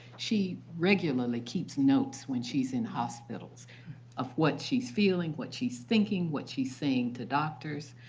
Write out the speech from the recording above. she regularly keeps notes when she's in hospitals of what she's feeling, what she's thinking, what she's saying to doctors.